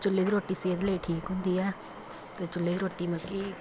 ਚੁੱਲ੍ਹੇ ਦੀ ਰੋਟੀ ਸਿਹਤ ਲਈ ਠੀਕ ਹੁੰਦੀ ਹੈ ਅਤੇ ਚੁੱਲ੍ਹੇ ਦੀ ਰੋਟੀ ਮਲਕੀ